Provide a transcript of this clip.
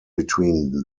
between